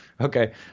Okay